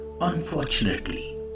Unfortunately